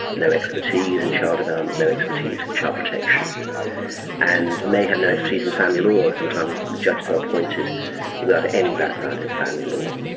no expertise in child development, um no expertise in child protection and may have no expertise in family law. sometimes judges are appointed without any background in family law.